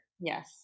yes